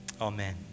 amen